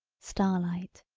star-light,